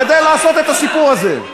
אתה השתמשת בי כדי לעשות את הסיפור הזה.